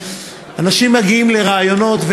אנשים מגיעים לראיונות,